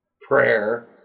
prayer